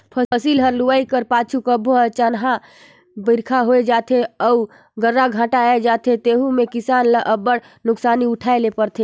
फसिल हर लुवाए कर पाछू कभों अनचकहा बरिखा होए जाथे अउ गर्रा घांटा आए जाथे तेहू में किसान ल अब्बड़ नोसकानी उठाए ले परथे